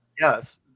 Yes